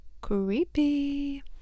creepy